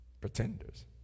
Pretenders